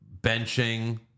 benching